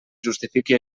justifiqui